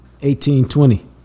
1820